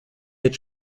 mit